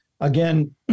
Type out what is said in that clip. again